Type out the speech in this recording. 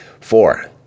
Four